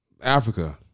Africa